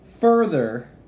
further